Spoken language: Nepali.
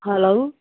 हेलो